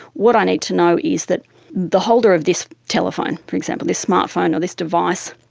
what i need to know is that the holder of this telephone, for example, this smart phone or this device,